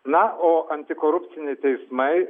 na o antikorupciniai teismai